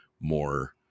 more